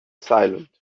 silent